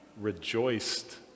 Rejoiced